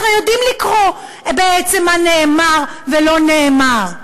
אנחנו יודעים לקרוא בעצם מה נאמר ולא נאמר.